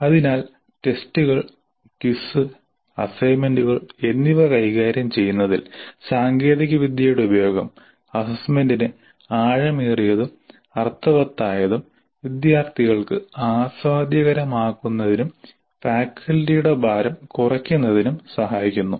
അതിനാൽടെസ്റ്റുകൾ quiz അസൈൻമെന്റുകൾ എന്നിവ കൈകാര്യം ചെയ്യുന്നതിൽ സാങ്കേതികവിദ്യയുടെ ഉപയോഗം അസസ്മെന്റിനെ ആഴമേറിയതും അർത്ഥവത്തായതും വിദ്യാർത്ഥികൾക്ക് ആസ്വാദ്യകരമാക്കുന്നതിനും ഫാക്കൽറ്റിയുടെ ഭാരം കുറയ്ക്കുന്നതിനും സഹായിക്കുന്നു